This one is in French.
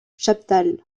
chaptal